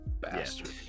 bastard